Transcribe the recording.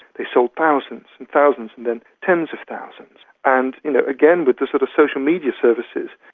they sold thousands and thousands, and then tens of thousands. and you know again, with the sort of social media services,